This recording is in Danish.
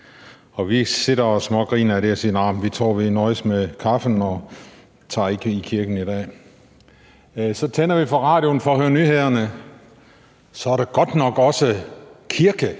10. Vi sidder og smågriner af det og siger, at vi tror, vi nøjes med kaffen og ikke tager i kirken i dag. Så tænder vi for radioen for at høre nyhederne, og så er der godt nok også noget